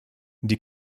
die